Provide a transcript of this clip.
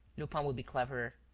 lupin would be cleverer.